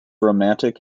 romantic